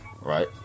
right